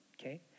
okay